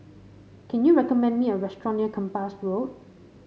can you recommend me a restaurant near Kempas Road